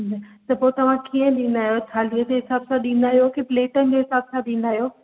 त पोइ तव्हां कीअं ॾींदा आहियो थालीअ जे हिसाब सां ॾींदा आहियो की प्लेटुनि जे हिसाब सां ॾींदा आहियो